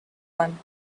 one